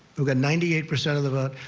we got ninety eight percent of the vote.